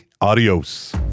adios